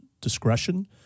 discretion